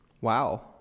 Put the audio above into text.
Wow